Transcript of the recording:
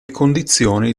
condizioni